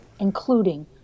including